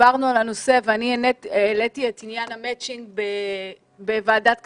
דיברנו על הנושא ואני העליתי את עניין המצ'ינג בוועדת הכספים.